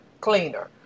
cleaner